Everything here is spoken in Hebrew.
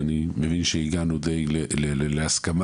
ואני מבין שהגענו די להסכמה,